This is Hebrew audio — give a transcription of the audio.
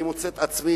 אני מוצא את עצמי,